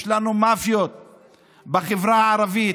יש לנו מאפיות בחברה הערבית,